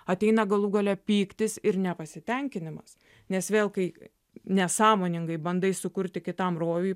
ateina galų gale pyktis ir nepasitenkinimas nes vėl kai nesąmoningai bandai sukurti kitam rojų